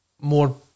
more